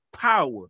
Power